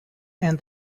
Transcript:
and